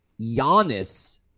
Giannis